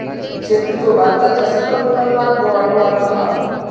शेतीचो भारताच्या सकल उत्पन्नातलो वाटो वाढता हा